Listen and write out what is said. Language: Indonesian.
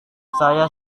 saya